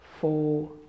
four